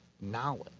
knowledge